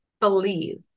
believe